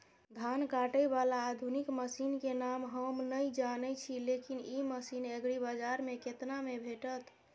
धान काटय बाला आधुनिक मसीन के नाम हम नय जानय छी, लेकिन इ मसीन एग्रीबाजार में केतना में भेटत?